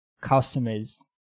customers